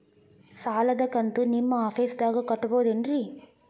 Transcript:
ಸಾಲದ ಕಂತು ನಿಮ್ಮ ಆಫೇಸ್ದಾಗ ಕಟ್ಟಬಹುದೇನ್ರಿ?